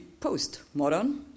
postmodern